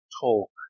talk